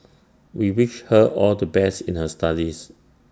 we wish her all the best in her studies